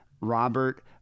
Robert